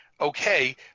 okay